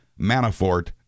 Manafort